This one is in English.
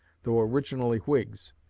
though originally whigs,